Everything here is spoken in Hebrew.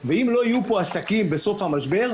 ואם לא יהיו פה עסקים בסוף המשבר,